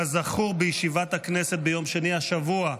כזכור, בישיבת הכנסת ביום שני השבוע,